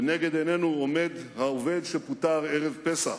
לנגד עינינו עומד העובד שפוטר ערב פסח,